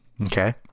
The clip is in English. Okay